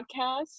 podcast